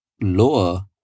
lower